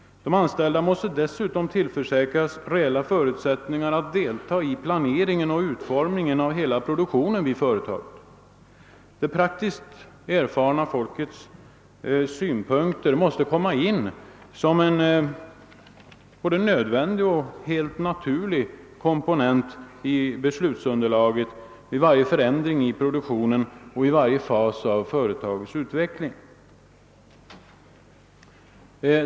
De anställda måste dessutom tillförsäkras reella förutsättningar att delta i planeringen och utformningen av hela produktionen vid företaget. Det praktiskt erfarna folkets synpunkter måste komma in som en både nödvändig och helt naturlig komponent i beslutsunderlaget vid varje förändring i produktionen och i varje fas av företagets utveckling.